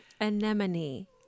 anemone